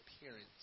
appearance